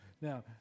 Now